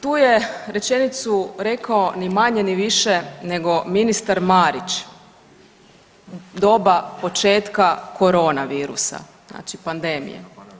Tu je rečenicu rekao ni manje ni više nego ministar Marić u doba početka korona virusa, znači pandemije.